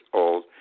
old